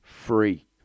free